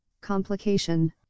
Complication